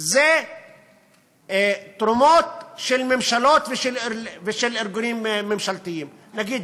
זה תרומות של ממשלות ושל ארגונים ממשלתיים, נגיד